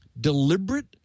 deliberate